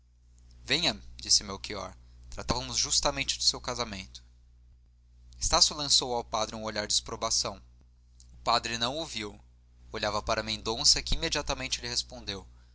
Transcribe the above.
venha disse melchior tratávamos justamente do seu casamento estácio lançou ao padre um olhar de exprobração o padre não o viu olhava para mendonça que imediatamente lhe respondeu